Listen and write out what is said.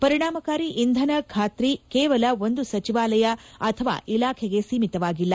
ಪರಿಣಾಮಕಾರಿ ಇಂಧನ ಖಾತ್ರಿ ಕೇವಲ ಒಂದು ಸಚಿವಾಲಯ ಅಥವಾ ಇಲಾಖೆಗೆ ಸೀಮಿತವಾಗಿಲ್ಲ